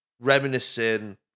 reminiscing